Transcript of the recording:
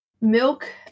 Milk